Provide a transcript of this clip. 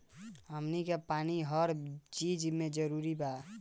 हमनी के पानी हर चिज मे जरूरी बा